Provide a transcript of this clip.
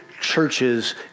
churches